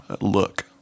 look